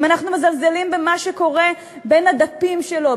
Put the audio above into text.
אם אנחנו מזלזלים במה שקורה בין הדפים שלו,